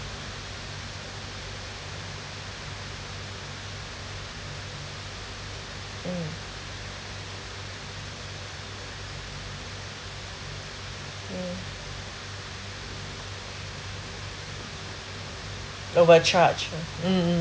mm mm overcharge uh mm mm